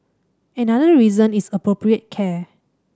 another reason is appropriate care